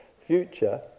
future